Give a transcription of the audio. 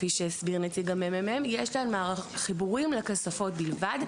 כפי שהסביר נציג הממ"מ; יש להן חיבורים לכספות בלבד.